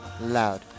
loud